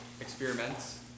experiments